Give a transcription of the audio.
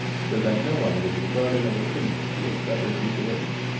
so that no one would regard him as a criminal who had suffered mutilation.